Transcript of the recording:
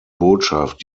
botschaft